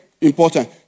important